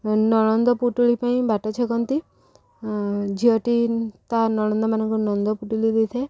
ନଣନ୍ଦ ପୁଟୁଳି ପାଇଁ ବାଟ ଛକନ୍ତି ଝିଅଟି ତା' ନଣନ୍ଦ ମାନଙ୍କୁ ନଣନ୍ଦ ପୁଟୁଳି ଦେଇଥାଏ